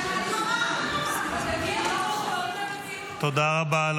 (חברת הכנסת מירב בן ארי יוצאת מאולם המליאה.) תודה רבה,